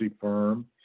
firm